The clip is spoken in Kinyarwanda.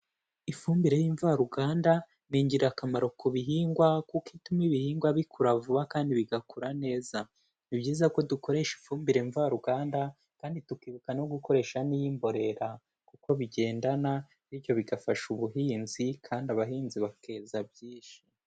Ifumbire y'imvaruganda ni ingirakamaro ku bihingwa kuko ituma ibihingwa bikura vuba kandi bigakura neza, ni byiza ko dukoresha ifumbire mvaruganda kandi tukibuka no gukoresha niy'imborera kuko bigendana, bityo bigafasha ubuhinzi kandi abahinzi bakeza byinshi.